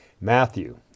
Matthew